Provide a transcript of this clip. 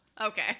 Okay